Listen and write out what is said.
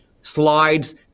slides